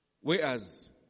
Whereas